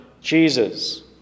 Jesus